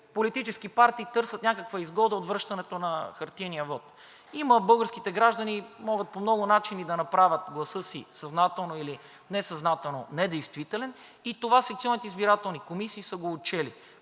политически партии търсят някаква изгода от връщането на хартиения вот. Българските граждани могат по много начини да направят гласа си съзнателно или несъзнателно недействителен и това секционните избирателни комисии са го отчели.